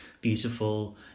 beautiful